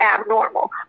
abnormal